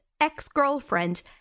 ex-girlfriend